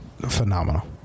phenomenal